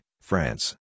France